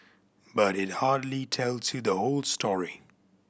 but it hardly tells you the whole story